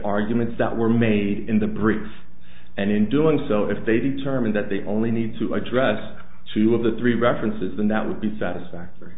arguments that were made in the brics and in doing so if they determine that they only need to address two of the three references and that would be satisfactory